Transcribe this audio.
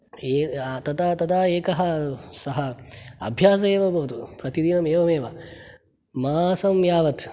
ये तदा तदा एकः सः अभ्यास एव अभवत् प्रतिदिनम् एवमेव मासं यावत्